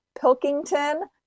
Pilkington